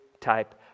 type